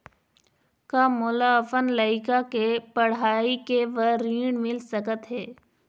का मोला अपन लइका के पढ़ई के बर ऋण मिल सकत हे?